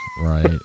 right